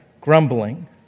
grumbling